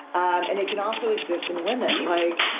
and it can also exist in women. like